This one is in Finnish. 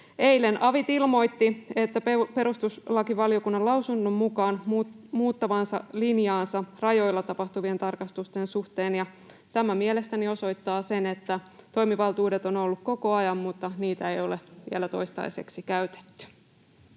Eilen avit ilmoittivat muuttavansa perustuslakivaliokunnan lausunnon mukaan linjaansa rajoilla tapahtuvien tarkastusten suhteen, ja tämä mielestäni osoittaa sen, että toimivaltuudet ovat olleet koko ajan, mutta niitä ei ole vielä toistaiseksi käytetty.